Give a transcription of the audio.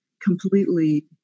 completely